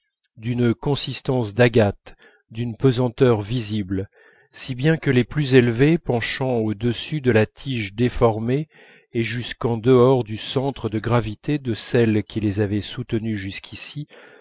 d'une consistance d'agate d'une pesanteur visible si bien que les plus élevées penchant au-dessus de la tige déformée et jusqu'en dehors du centre de gravité de celles qui les avaient soutenues jusqu'ici